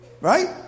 Right